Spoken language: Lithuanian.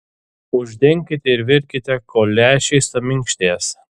uždenkite ir virkite kol lęšiai suminkštės